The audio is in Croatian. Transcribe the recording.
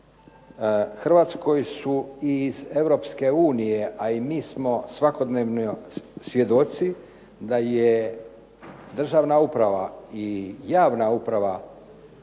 Hrvatskoj su i iz EU, a i mi smo svakodnevno svjedoci da je državna uprava i javna uprava